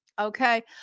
Okay